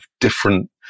different